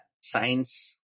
science